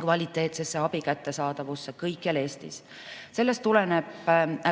kvaliteetse abi kättesaadavusse kõikjal Eestis. Sellest